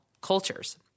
cultures